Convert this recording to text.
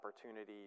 opportunities